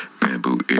Bamboo